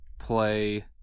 play